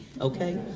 okay